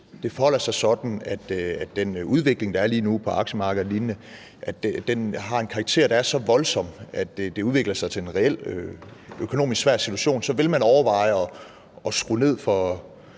hvis det forholder sig sådan, at den udvikling, der er lige nu på aktiemarkederne og lignende, har en karakter, der er så voldsom, at det udvikler sig til en reel svær økonomisk situation, vil man overveje at skrue ned